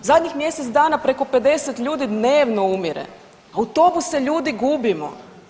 Zadnjih mjesec dana preko 50 ljudi dnevno umire, autobuse ljudi gubimo.